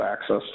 access